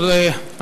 תודה רבה,